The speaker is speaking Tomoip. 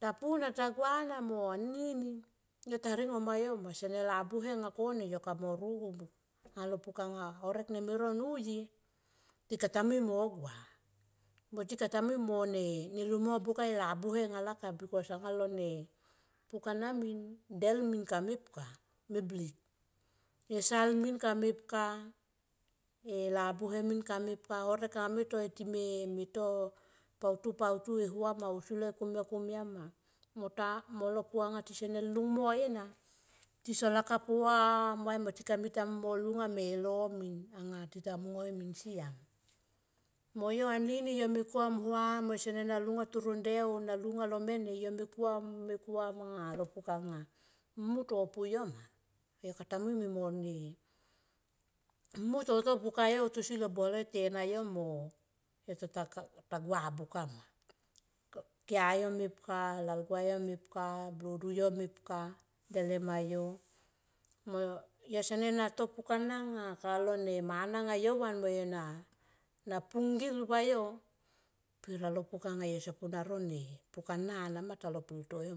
tapu na ta gua na mo aini yo ta ringo ma yo ma sene labuhe nga kone yo kamo rokuk anga lo buka nga korek neme no nuye tika tamui mo gua mo tika ta mui mo lung mo buka labuhe anga laka. Bikos anga lone pukana min del min ka mepka me blike. E sal min ka mep ka e labuhe min ka mepka horek anga time toi to pautu pautu e hua ma ausi loi komia ma molo puanga tisane lung moi ena tison lakap huam vai mo tika kata mui mo lunga mo elo min. Siam mo yo anini yo me kuam huam ma mo yo sene lunga taro nde oh sana lunga toro mene yo me kuam me kuam alo pukanga mu to po yo ma pe yo kata mui mo ne. Mu to buka yo tosi lo tena yo mo yo tota gua buka ma blodu yo mepka dele ma yo mo yo sene na to puka na nga kalo mana nga yo van na pung ngil va yo per alo puka nga yo sopu na ro pukana ma talo pel to yo.